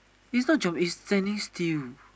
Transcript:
it's not jump it's standing still